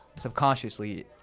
subconsciously